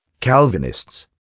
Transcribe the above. Calvinists